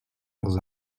leurs